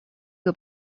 que